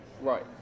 right